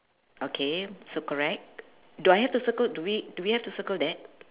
okay so correct do I have to circle do we do we have to circle that